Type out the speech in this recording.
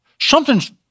Something's